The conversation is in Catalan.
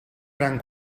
gran